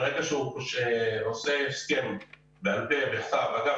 ברגע שהוא עושה הסכם בעל פה או בכתב אגב,